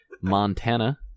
Montana